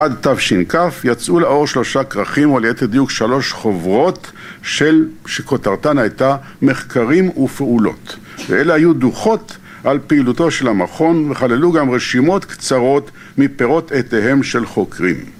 עד תש״כ יצאו לאור שלושה כרכים ועל יתר דיוק שלוש חוברות שכותרתן הייתה מחקרים ופעולות ואלה היו דוחות על פעילותו של המכון וכללו גם רשימות קצרות מפירות עטיהם של חוקרים